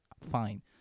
fine